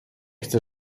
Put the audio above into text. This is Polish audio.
chcę